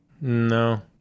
No